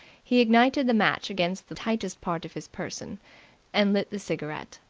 he ignited the match against the tightest part of his person and lit the cigarette.